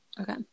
Okay